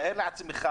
תאר לעצמך